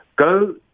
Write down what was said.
go